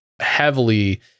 heavily